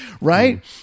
Right